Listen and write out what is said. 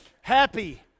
Happy